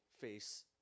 face